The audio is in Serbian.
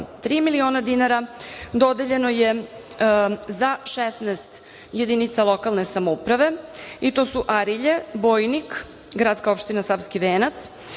miliona dinara dodeljeno je za 16 jedinica lokalne samouprave i to su Arilje, Bojnik, GO Savski venac,